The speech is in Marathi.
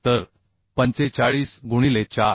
तर 45 गुणिले 4